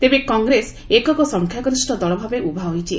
ତେବେ କଂଗ୍ରେସ ଏକକ ସଂଖ୍ୟା ଗରିଷ୍ଠ ଦଳ ଭାବେ ଉଭା ହୋଇଛି